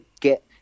get